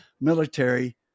military